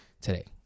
today